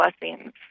blessings